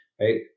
Right